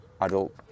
adult